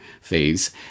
phase